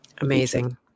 amazing